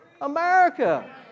America